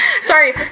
Sorry